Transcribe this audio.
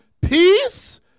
peace